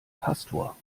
pastor